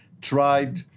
tried